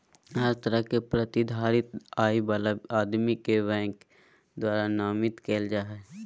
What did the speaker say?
हर तरह के प्रतिधारित आय वाला आदमी के बैंक द्वारा नामित कईल जा हइ